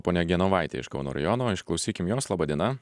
ponia genovaitė iš kauno rajono išklausykim jos laba diena